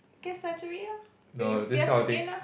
get surgery lor if you pierce again ah